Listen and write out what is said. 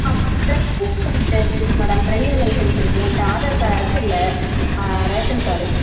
அப்புறம் driving licence இருக்குது madam driving licence இருக்குது என்கிட்ட ஆதார் கா இது இல்லை ரேஷன் கார்டு